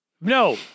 No